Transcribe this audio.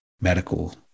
medical